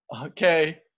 Okay